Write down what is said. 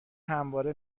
همواره